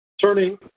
Turning